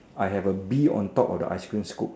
I have a bee on top of the ice creams scoop